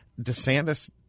DeSantis